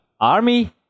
army